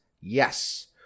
yes